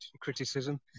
criticism